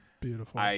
beautiful